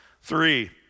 three